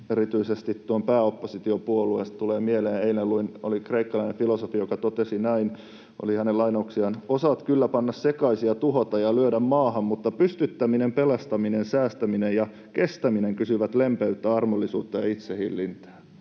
erityisesti pääoppositiopuolueesta tulee mieleen — eilen luin, se oli kreikkalainen filosofi, joka totesi näin, tämä oli hänen lainauksiaan: ”Osaat kyllä panna sekaisin ja tuhota ja lyödä maahan, mutta pystyttäminen, pelastaminen, säästäminen ja kestäminen kysyvät lempeyttä, armollisuutta ja itsehillintää.”